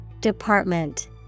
Department